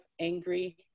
angry